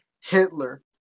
Hitler